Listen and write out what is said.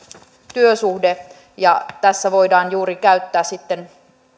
työsuhde tässä voidaan käyttää sitten